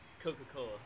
Coca-Cola